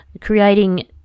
creating